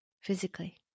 physically